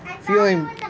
Feeling